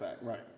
Right